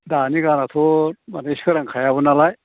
दानि गानआथ' मानि सोरांखायाबो नालाय